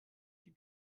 die